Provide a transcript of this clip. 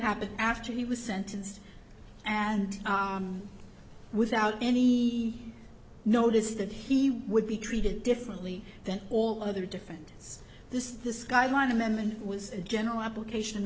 happened after he was sentenced and without any notice that he would be treated differently than all other different this is the skyline amendment was a general application and